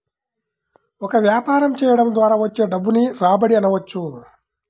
ఒక వ్యాపారం చేయడం ద్వారా వచ్చే డబ్బును రాబడి అనవచ్చు